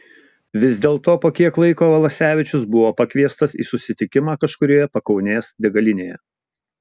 vis dėlto po kiek laiko valasevičius buvo pakviestas į susitikimą kažkurioje pakaunės degalinėje